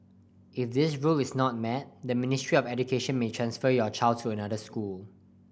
if this rule is not met the Ministry of Education may transfer your child to another school